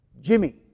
Jimmy